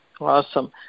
Awesome